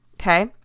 Okay